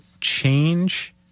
change